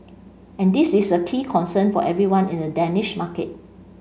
and this is a key concern for everyone in the Danish market